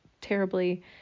terribly